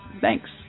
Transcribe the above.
thanks